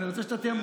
אני אחזיר לך.